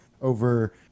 over